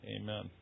Amen